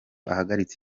ahagaritse